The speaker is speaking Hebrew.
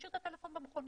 משאיר את הטלפון במכונית.